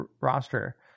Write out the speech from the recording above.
roster